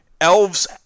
Elves